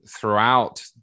throughout